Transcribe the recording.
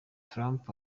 trump